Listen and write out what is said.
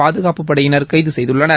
பாதுகாப்புப் படையினர் கைது செய்துள்ளனர்